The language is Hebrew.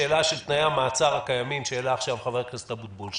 שאלת תנאי המעצר הקיימים שהעלה עכשיו חבר הכנסת אבוטבול,